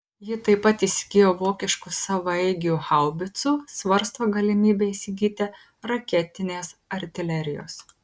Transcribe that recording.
ji taip pat įsigijo vokiškų savaeigių haubicų svarsto galimybę įsigyti raketinės artilerijos